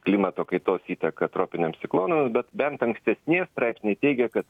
klimato kaitos įtaką tropiniams ciklonams bet bent ankstesnieji straipsniai teigia kad